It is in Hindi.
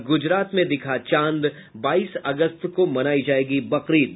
और गुजरात में दिखा चाँद बाईस अगस्त को मनायी जायेगी बकरीद